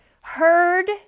heard